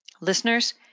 Listeners